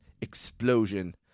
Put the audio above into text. explosion